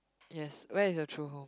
yes where is your true home